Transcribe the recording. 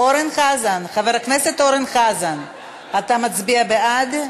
אורן חזן, אתה מצביע בעד?